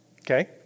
Okay